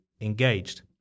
engaged